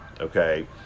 okay